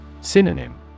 Synonym